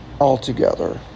Altogether